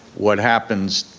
what happens,